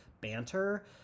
banter